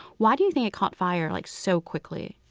why do you think it caught fire like so quickly?